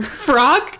Frog